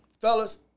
Fellas